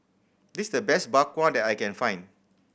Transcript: this the best Bak Kwa that I can find